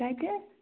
کَتہِ